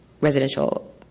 residential